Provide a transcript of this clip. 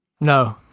No